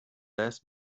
less